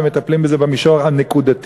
והם מטפלים בזה במישור הנקודתי.